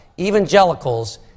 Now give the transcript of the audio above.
evangelicals